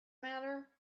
matter